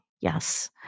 Yes